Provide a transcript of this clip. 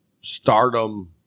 stardom